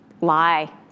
lie